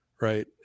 Right